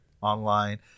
online